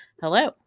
Hello